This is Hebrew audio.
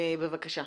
בבקשה.